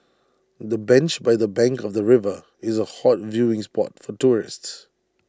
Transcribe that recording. the bench by the bank of the river is A hot viewing spot for tourists